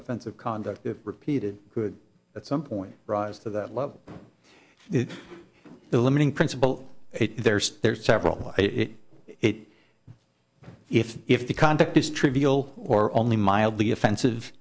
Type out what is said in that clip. offense of conduct repeated good at some point rise to that love the limiting principle there's there's several it it if if the conduct is trivial or only mildly offensive